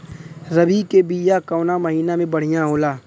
रबी के बिया कवना महीना मे बढ़ियां होला?